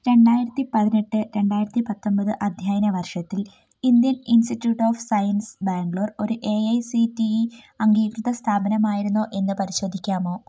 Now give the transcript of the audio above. രണ്ടായിരത്തി പതിനെട്ട് രണ്ടായിരത്തി പത്തൊൻപത് അദ്ധ്യയന വർഷത്തിൽ Indian Institute of Science Bangalore ഒരു A I C T E അംഗീകൃത സ്ഥാപനമായിരുന്നോ എന്ന് പരിശോധിക്കാമോ